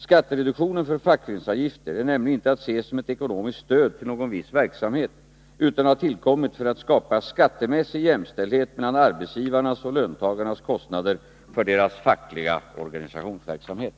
Skattereduktionen för fackföreningsavgifter är nämligen inte att se som ett ekonomiskt stöd till någon viss verksamhet utan har tillkommit för att skapa skattemässig jämställdhet mellan arbetsgivarnas och löntagarnas kostnader för deras fackliga organisationsverksamhet.